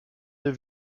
des